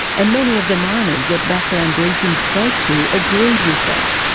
and many of the miners that background briefing spoke to agreed with that.